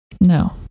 No